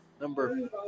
Number